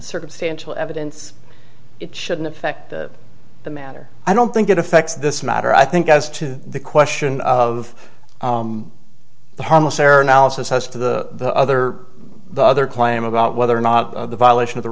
circumstantial evidence it shouldn't affect the matter i don't think it affects this matter i think as to the question of the harmless error analysis as to the other the other claim about whether or not the violation of the